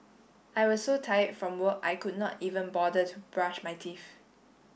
I was so tired from work I could not even bother to brush my teeth